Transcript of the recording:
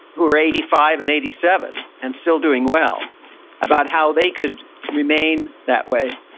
who are eighty five and eighty seven, and still doing well about how they could remain that way.